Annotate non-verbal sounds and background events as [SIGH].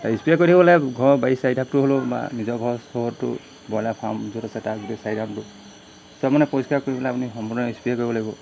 spray কৰি থাকিব লাগে ঘৰৰ বাৰী চাৰি [UNINTELLIGIBLE] হ'লেও বা নিজৰ ঘৰ চহৰতো ব্ৰয়লাৰ ফাৰ্ম য'ত আছে তাৰ গোটেই চাৰি ৰাউণ্ডটো চব মানে পৰিষ্কাৰ কৰিবলৈ আপুনি সম্পূৰ্ণ স্প্ৰে' কৰিব লাগিব